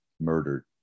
murdered